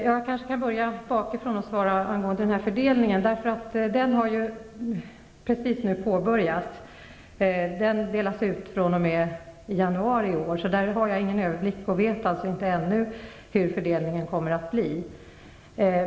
Herr talman! Jag skall börja bakifrån och svara på frågan angående fördelningen. Den har precis påbörjats nu i januari, så därför har jag ingen överblick och vet alltså inte ännu hur fördelningen kommer att bli.